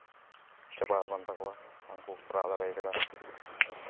ᱪᱟᱵᱟᱣ ᱠᱟᱱ ᱛᱟᱠᱚᱣᱟ ᱵᱟᱝ ᱠᱚ ᱠᱚᱨᱟᱣ ᱫᱟᱲᱮᱣ ᱠᱟᱫᱟ